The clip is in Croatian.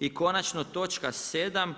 I konačno točka 7.